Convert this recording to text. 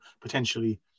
potentially